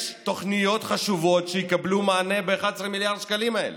יש תוכניות חשובות שיקבלו מענה ב-11 מיליארד השקלים האלה,